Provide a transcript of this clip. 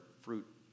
fruit